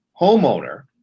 homeowner